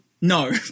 No